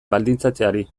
baldintzatzeari